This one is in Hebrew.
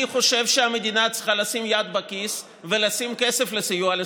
אני חושב שהמדינה צריכה לשים יד בכיס ולתת כסף לסיוע לסטודנטים,